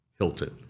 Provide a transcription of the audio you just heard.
Hilton